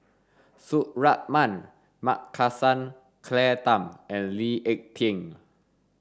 Suratman Markasan Claire Tham and Lee Ek Tieng